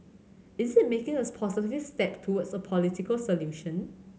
is it making a positive step towards a political solution